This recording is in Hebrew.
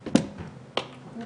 רוית.